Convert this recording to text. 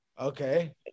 Okay